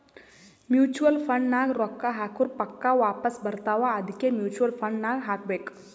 mutual fund ನಾಗ್ ರೊಕ್ಕಾ ಹಾಕುರ್ ಪಕ್ಕಾ ವಾಪಾಸ್ ಬರ್ತಾವ ಅದ್ಕೆ ಮೂಚುವಲ್ ಫಂಡ್ ನಾಗ್ ಹಾಕಬೇಕ್